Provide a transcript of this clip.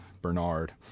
Bernard